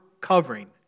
covering